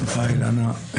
תודה, אילנה.